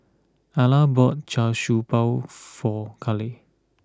Alla bought Char Siew Bao for Kaley